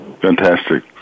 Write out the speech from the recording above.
Fantastic